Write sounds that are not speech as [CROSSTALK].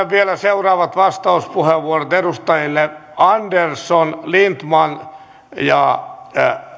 [UNINTELLIGIBLE] vielä seuraavat vastauspuheenvuorot edustajille andersson lindtman ja